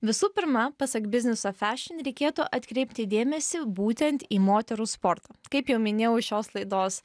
visų pirma pasak business of fashion reikėtų atkreipti dėmesį būtent į moterų sportą kaip jau minėjau šios laidos